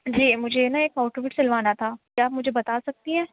جی مجھے ہے نا ایک آؤٹ فٹ سِلوانا تھا کیا آپ مجھے بتا سکتی ہیں